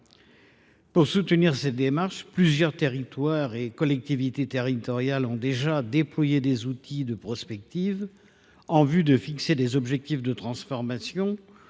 Pour soutenir cette démarche, plusieurs collectivités territoriales ont déjà déployé des outils de prospective afin de fixer des objectifs de transformation